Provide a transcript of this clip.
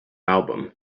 album